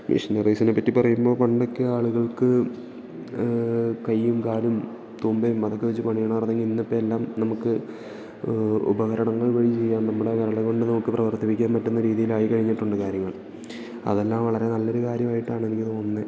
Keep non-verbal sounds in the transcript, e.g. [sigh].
മെഷിനറീസിനെപ്പറ്റി പറയുമ്പോൾ പണ്ടൊക്കെ ആളുകൾക്ക് കയ്യും കാലും തൂമ്പയും അതൊക്കെ വെച്ച് പണിയണമായിരുന്നെങ്കിൽ ഇന്നപ്പോൾ എല്ലാം നമുക്ക് ഉപകരണങ്ങൾ വഴി ചെയ്യാം നമ്മുടെ [unintelligible] കൊണ്ട് നമുക്ക് പ്രവർത്തിപ്പിക്കാൻ പറ്റുന്ന രീതിയിലായി കഴിഞ്ഞിട്ടുണ്ട് കാര്യങ്ങൾ അതെല്ലാം വളരെ നല്ലൊരു കാര്യമായിട്ടാണ് എനിക്ക് തോന്നുന്നത്